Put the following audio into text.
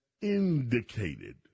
indicated